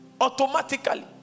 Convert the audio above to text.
automatically